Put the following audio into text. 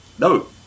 no